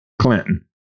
Clinton